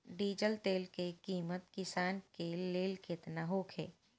Diesel तेल के किमत किसान के लेल केतना होखे?